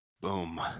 Boom